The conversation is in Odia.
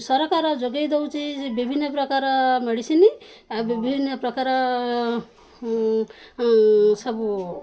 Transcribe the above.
ସରକାର ଯୋଗାଇ ଦଉଛି ଯେ ବିଭିନ୍ନ ପ୍ରକାର ମେଡ଼ିସିନ୍ ଆଉ ବିଭିନ୍ନ ପ୍ରକାର ସବୁ